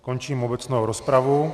Končím obecnou rozpravu.